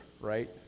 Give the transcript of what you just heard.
right